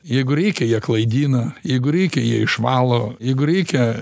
jeigu reikia jie klaidina jeigu reikia jie išvalo jeigu reikia